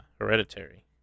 Hereditary